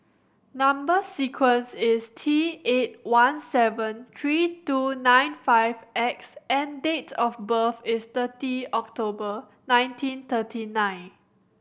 number sequence is T eight one seven three two nine five X and date of birth is thirty October nineteen thirty nine